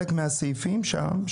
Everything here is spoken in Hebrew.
חלק מהסעיפים שם,